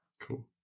Cool